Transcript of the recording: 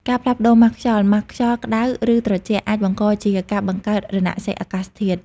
ការផ្លាស់ប្តូរម៉ាស់ខ្យល់ ម៉ាស់ខ្យល់ក្តៅ ឬត្រជាក់ អាចបង្កជាការបង្កើតរណសិរ្សអាកាសធាតុ។